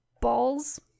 balls